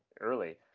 early